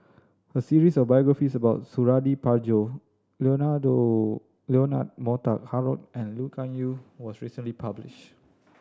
a series of biographies about Suradi Parjo Leonard Montague Harrod and Lee Kuan Yew was recently published